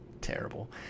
terrible